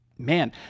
Man